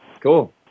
Cool